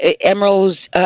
Emeralds